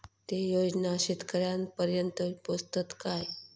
ते योजना शेतकऱ्यानपर्यंत पोचतत काय?